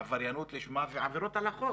בעבריינות לשמה ועבירות על החוק.